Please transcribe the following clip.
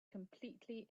completely